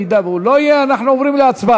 אם הוא לא יהיה אנחנו נעבור להצבעה.